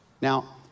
Now